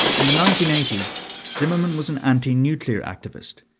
and the nineteen eighty s zimmermann was an anti-nuclear activist,